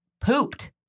pooped